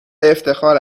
افتخار